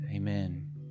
Amen